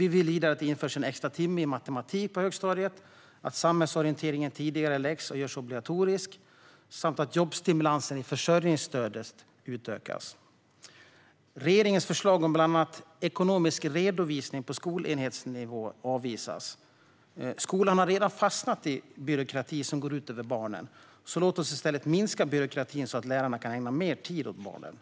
Vi vill vidare att det införs en extra timme matematik på högstadiet, att samhällsorienteringen tidigareläggs och blir obligatorisk samt att jobbstimulansen i försörjningsstödet utökas. Regeringens förslag om bland annat ekonomisk redovisning på skolenhetsnivå avvisas. Skolan har redan fastnat i byråkrati som går ut över barnen. Låt oss i stället minska byråkratin, så att lärarna kan ägna mer tid åt barnen.